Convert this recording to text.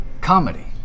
comedy